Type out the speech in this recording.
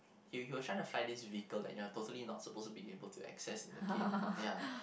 he he was trying to fly this vehicle that you're totally not supposed to be able to access in the game ya